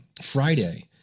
Friday